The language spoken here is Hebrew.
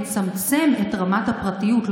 מצמצם את רמת הפרטיות,